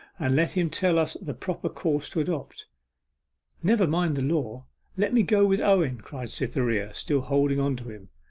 and let him tell us the proper course to adopt never mind the law let me go with owen cried cytherea, still holding on to him.